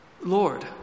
Lord